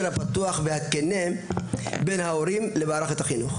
הפתוח והכן בין ההורים למערכת החינוך.